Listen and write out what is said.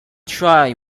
try